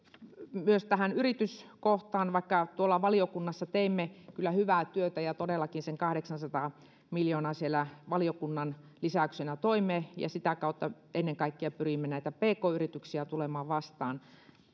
myös tähän yrityskohtaan vaikka tuolla valiokunnassa teimme kyllä hyvää työtä ja todellakin sen kahdeksansataa miljoonaa siellä valiokunnan lisäyksenä toimme ja sitä kautta ennen kaikkea pyrimme näitä pk yrityksiä tulemaan vastaan